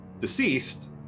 deceased